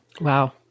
Wow